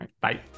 bye